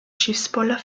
schiffspoller